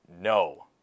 No